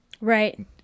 right